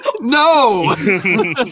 No